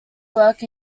work